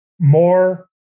more